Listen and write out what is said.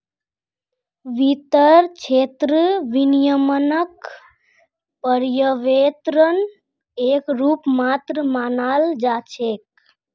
वित्तेर क्षेत्रत विनियमनक पर्यवेक्षनेर एक रूप मात्र मानाल जा छेक